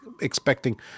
expecting